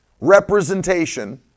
representation